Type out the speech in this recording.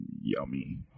Yummy